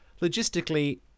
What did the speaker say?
logistically